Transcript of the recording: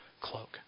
cloak